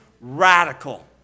radical